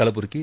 Kalaburagi